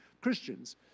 Christians